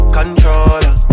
Controller